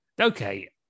Okay